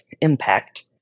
impact